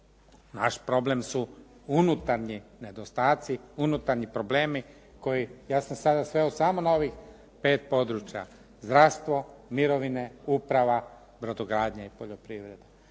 Naš problem su unutarnji nedostaci, unutarnji problemi koji ja sam sada sveo samo na ovih 5 područja – zdravstvo, mirovine, uprava, brodogradnja i poljoprivreda.